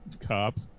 cop